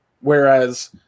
whereas